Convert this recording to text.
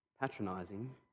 patronizing